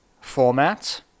format